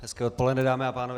Hezké odpoledne, dámy a pánové.